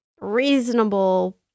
reasonable